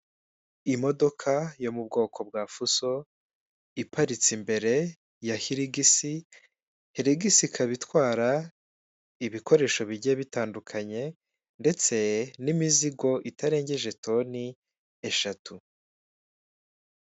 Imodoka yo mu bwoko bwa fuso iparitse imbere ya heregisi, heregisi ikaba itwara ibikoresho bigiye bitandukanye ndetse n'imizigo itarengeje toni eshatu.